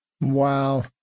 Wow